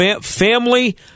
family